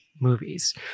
movies